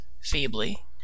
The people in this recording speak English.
feebly